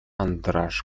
андраш